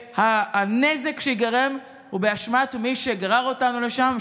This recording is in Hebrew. והנזק שייגרם הוא באשמת מי שגרר אותנו לשם,